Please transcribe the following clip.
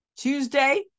tuesday